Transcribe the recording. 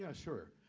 yeah sure.